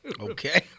okay